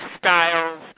styles